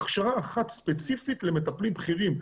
הכשרה אחת ספציפית למטפלים בכירים,